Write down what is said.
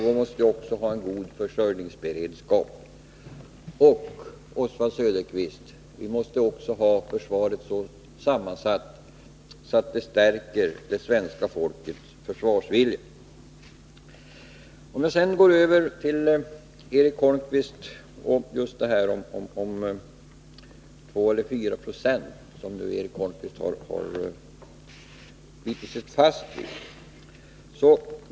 Vi måste också ha en god försörjningsberedskap. Försvaret måste också vara så sammansatt att det stärker det svenska folkets försvarsvilja. Eric Holmqvist har bitit sig fast vid frågan om 2 eller 4 26.